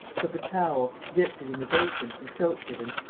took a towel, dipped it in the basin and soaped it and,